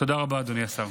תודה רבה, אדוני השר.